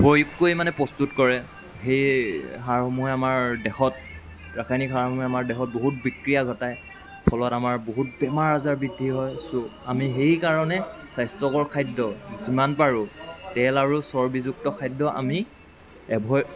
প্ৰয়োগ কৰি মানে প্ৰস্তুত কৰে এই সাৰসমূহে আমাৰ দেহত ৰাসায়নিক সাৰসমূহে আমাক বহুত বিক্ৰিয়া ঘটায় ফলত আমাৰ বহুত বেমাৰ আজাৰ বৃদ্ধি হয় ছ' আমি সেই কাৰণে স্বাস্থ্যকৰ খাদ্য যিমান পাৰোঁ তেল আৰু চৰ্বীযুক্ত খাদ্য আমি এভইড